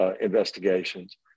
investigations